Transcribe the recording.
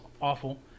awful